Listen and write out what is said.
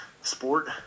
sport